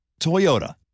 Toyota